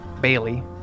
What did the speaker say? Bailey